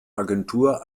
agentur